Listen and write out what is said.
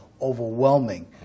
overwhelming